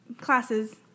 classes